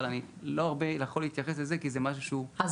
אבל אני לא יכול להתייחס לזה הרבה כי זה משהו שהוא --- אז